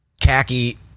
khaki